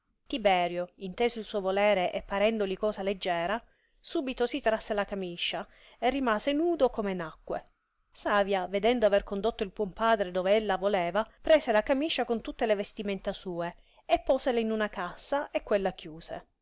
tiberio inteso il suo volere e parendoli cosa leggiera subito si trasse la camiscia e rimase nudo come nacque savia vedendo aver condotto il buon padre dove ella voleva prese la camiscia con tutte le vestimenta sue e posele in una cassa e quella chiuse